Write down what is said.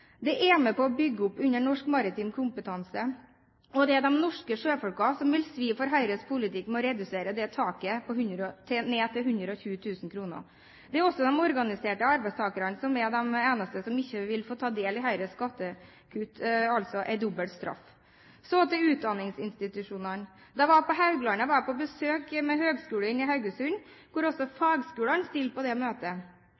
Det er med på å bygge opp under norsk maritim kompetanse, og det er de norske sjøfolkene som vil svi for Høyres politikk som går ut på å redusere taket ned til 120 000 kr. Det er også de organiserte arbeidstakerne som er de eneste som ikke vil få ta del i Høyres skattekutt – altså en dobbel straff. Så til utdanningsinstitusjonene. Da jeg var på Haugalandet, var jeg på besøk på Høgskolen Stord/Haugesund, og også